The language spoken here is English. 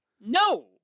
No